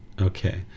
Okay